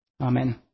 Amen